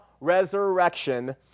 resurrection